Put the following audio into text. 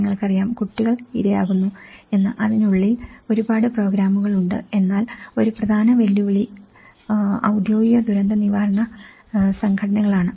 നിങ്ങൾക്കറിയാം കുട്ടികൾ ഇരകലാകുന്നു എന്ന് അതിനുള്ളിൽ ഒരുപാട് പ്രോഗ്രാമുകൾ ഉണ്ട് എന്നാൽ ഒരു പ്രധാന വെല്ലുവിളി ഔദ്യോഗിക ദുരന്ത നിവാരണ സംഘടനകളാണ്